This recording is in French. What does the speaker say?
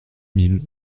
mille